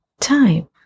time